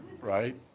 right